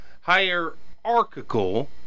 hierarchical